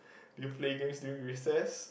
you play games during recess